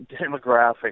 demographic